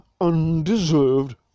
undeserved